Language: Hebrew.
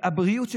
הבריאות,